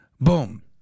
Boom